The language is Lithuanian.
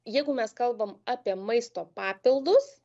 jeigu mes kalbam apie maisto papildus